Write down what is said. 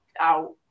out